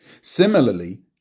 Similarly